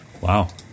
wow